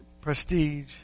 prestige